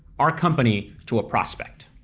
our company to a prospect?